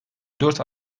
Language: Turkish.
dört